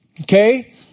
Okay